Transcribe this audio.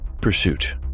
Pursuit